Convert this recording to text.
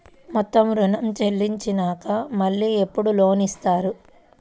మొత్తం ఋణం చెల్లించినాక మళ్ళీ ఎప్పుడు లోన్ ఇస్తారు?